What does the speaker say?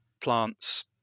plants